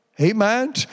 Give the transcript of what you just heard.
Amen